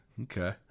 Okay